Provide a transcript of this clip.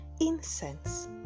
incense